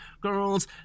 girls